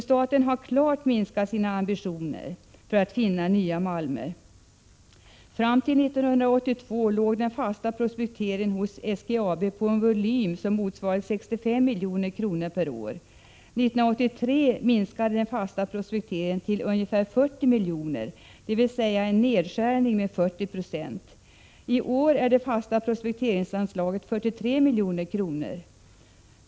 Staten har klart minskat sina ambitioner att finna ny malm. Fram till 1982 låg den fasta prospekteringen hos SGAB på en volym som motsvarar 65 milj.kr. per år. 1983 minskade den fasta prospekteringen till ungefär 40 milj.kr., dvs. en nedskäring med 40 96. I år är det fasta prospekteringsanslaget 43 milj.kr.